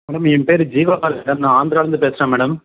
madam ஏன்பேர் Jeevabharathi madam நான் ஆந்திராவில இருந்து பேசுகிறேன் மேடம்